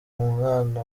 mwana